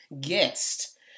guest